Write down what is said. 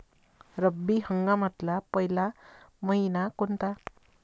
रब्बी हंगामातला पयला मइना कोनता?